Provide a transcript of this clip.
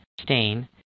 Stain